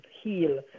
heal